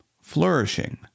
flourishing